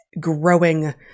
growing